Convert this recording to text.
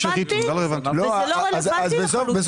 לא רלוונטי לדיון שלנו עכשיו של ריטים.